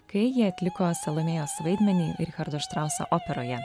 kai jie atliko salomėjos vaidmenį richardo štrauso operoje